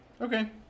Okay